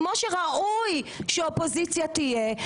כמו שראוי שאופוזיציה תהיה,